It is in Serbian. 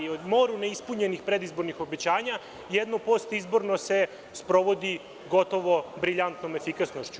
O moru neispunjenih predizbornih obećanja, jedno postizborno se sprovodi gotovo briljantnom efikasnošću.